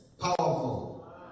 Powerful